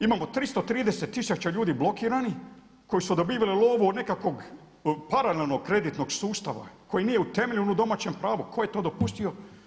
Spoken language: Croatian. Imao 330 tisuća ljudi blokiranih koji su dobivali lovu od nekakvog paralelnog kreditnog sustava koji nije utemeljen na domaćem pravu, ko je to dopustio?